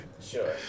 Sure